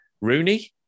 Rooney